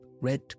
red